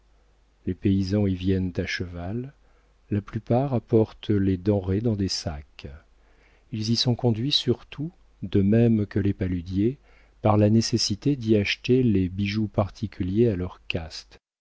les paysans y viennent à cheval la plupart apportent les denrées dans des sacs ils y sont conduits surtout de même que les paludiers par la nécessité d'y acheter les bijoux particuliers à leur caste